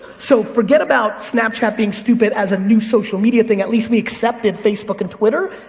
so forget about snapchat being stupid as a new social media thing, at least we accepted facebook and twitter.